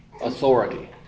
authority